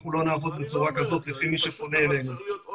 שלא נעבוד בצורה כזאת לפי מי שפונה אלינו.